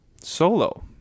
solo